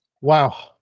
Wow